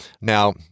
Now